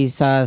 sa